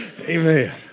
Amen